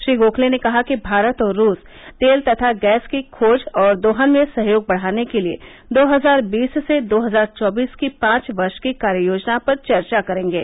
श्री गोखले ने कहा कि भारत और रूस तेल तथा गैस की खोज और दोहन में सहयोग बढ़ाने के लिए दो हजार बीस से दो हजार चौबीस की पांच वर्ष की कार्य योजना पर चर्चा करेंगे